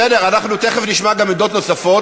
בסדר, אנחנו תכף נשמע גם עמדות נוספות.